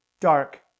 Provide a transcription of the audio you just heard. Dark